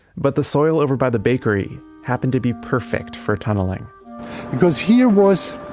but the soil over by the bakery happened to be perfect for tunneling because here was,